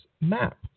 map